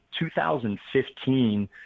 2015